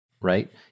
right